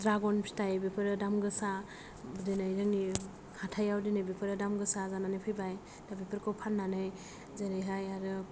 dragon फिथाइ बेफोरो दामगोसा दिनै जोंनि हाथायाव दिनै बेफोरो दामगोसा जानानै फैबाय दा बेफोरखौ फाननानै जेरैहाय आरो